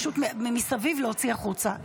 פשוט להוציא החוצה.